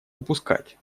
упускать